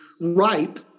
ripe